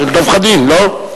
של דב חנין, לא?